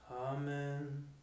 Amen